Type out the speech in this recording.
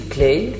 Clay